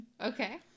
Okay